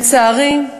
לצערי,